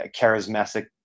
charismatic